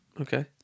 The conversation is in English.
Okay